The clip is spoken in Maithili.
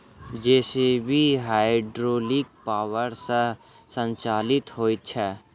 जे.सी.बी हाइड्रोलिक पावर सॅ संचालित होइत छै